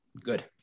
Good